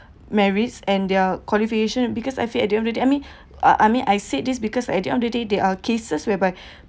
merits and their qualification because I feel I didn't really I mean I mean I said this because at the end of the day there are cases whereby